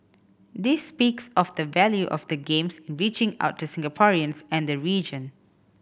this speaks of the value of the Games reaching out to Singaporeans and the region